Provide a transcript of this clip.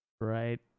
Right